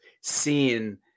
seeing